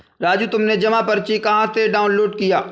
राजू तुमने जमा पर्ची कहां से डाउनलोड किया?